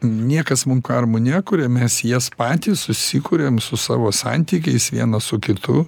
niekas mums karmų nekuria mes jas patys susikuriam su savo santykiais vienas su kitu